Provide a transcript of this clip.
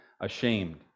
ashamed